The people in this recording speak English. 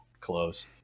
close